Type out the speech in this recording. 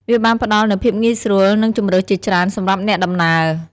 វាបានផ្ដល់នូវភាពងាយស្រួល និងជម្រើសជាច្រើនសម្រាប់អ្នកដំណើរ។